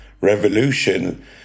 revolution